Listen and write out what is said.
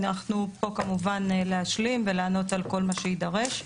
אנחנו פה כמובן להשלים ולענות על כל מה שיידרש.